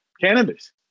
cannabis